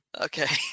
Okay